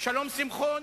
שלום שמחון,